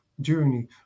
journey